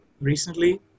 recently